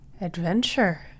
adventure